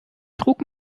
trug